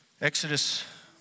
Exodus